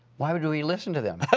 why do we listen to them?